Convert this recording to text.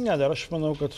ne dar aš manau kad